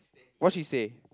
what she say